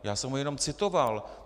Já jsem ho jenom citoval.